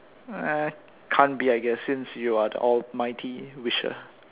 uh can't be I guess since you are the almighty wisher